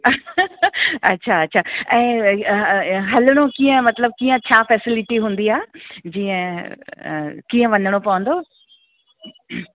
अच्छा अच्छा ऐं हलिणो कीअं मतिलबु कीअं छा फैसिलिटी हूंदी आहे जीअं कीअं वञणो पवंदो